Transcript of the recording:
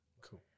cool